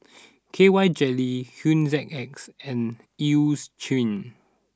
K Y Jelly Hygin X and Eucerin